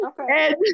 Okay